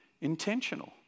intentional